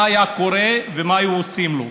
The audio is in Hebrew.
מה היה קורה ומה היו עושים לו?